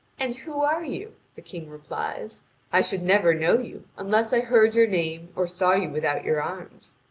and who are you? the king replies i should never know you, unless i heard your name, or saw you without your arms.